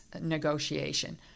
negotiation